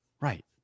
Right